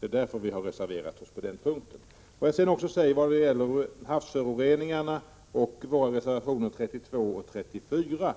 Det är därför vi har reserverat oss på den punkten. Så till frågan om havsföroreningarna och våra reservationer 32 och 34.